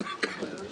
כן.